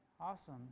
Awesome